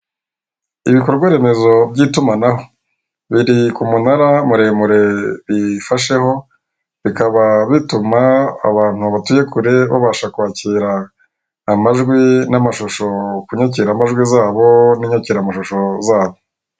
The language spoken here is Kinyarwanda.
Ibikorwa remezo by'itumanaho, biri ku munara muremure biyifasheho bikaba bituma abantu batuye kure babasha kwakira amajwi ye n'amashusho kunyakira amajwi zabo n'inyakiramashusho zabo.